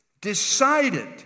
decided